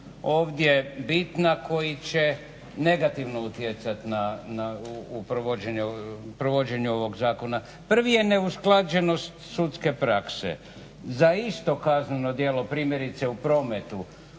ovdje bitna koji će negativno utjecat u provođenju ovog zakona. Prvi je neusklađenost sudske prakse. Za isto kazneno djelo primjerice u prometu